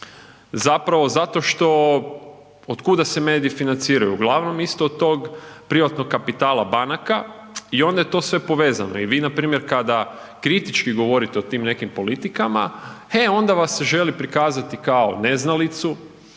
zapravo zato što, otkuda se mediji financiraju, uglavnom isto od tog privatnog kapitala banaka i onda je to sve povezano i vi npr. kada kritički govorite o tim nekim politikama e onda vas se želi prikazati kao neznalicu,